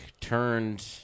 turned –